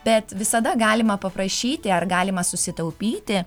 bet visada galima paprašyti ar galima susitaupyti